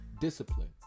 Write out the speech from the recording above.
Discipline